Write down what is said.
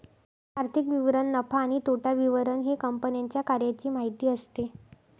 आर्थिक विवरण नफा आणि तोटा विवरण हे कंपन्यांच्या कार्याची माहिती असते